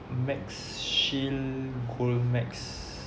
max shield gold max